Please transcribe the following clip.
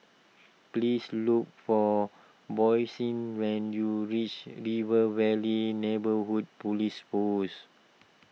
please look for Boysie when you reach River Valley Neighbourhood Police Post